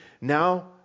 now